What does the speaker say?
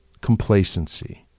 complacency